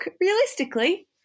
realistically